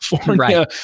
California